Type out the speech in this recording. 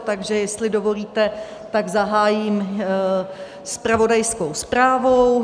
Takže jestli dovolíte, tak zahájím zpravodajskou zprávou.